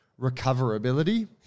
recoverability